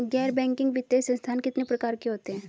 गैर बैंकिंग वित्तीय संस्थान कितने प्रकार के होते हैं?